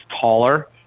taller